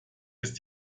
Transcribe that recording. ist